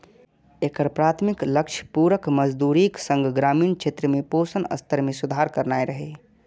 एकर प्राथमिक लक्ष्य पूरक मजदूरीक संग ग्रामीण क्षेत्र में पोषण स्तर मे सुधार करनाय रहै